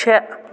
شےٚ